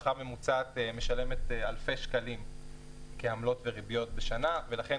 משפחה ממוצעת משלמת אלפי שקלים כעמלות וריביות לשנה ולכן,